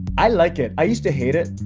i like it. i used to hate it.